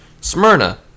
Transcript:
Smyrna